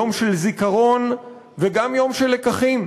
יום של זיכרון וגם יום של לקחים,